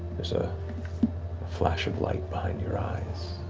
there's a flash of light behind your eyes,